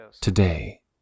Today